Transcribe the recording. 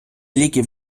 ліків